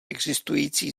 existující